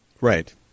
Right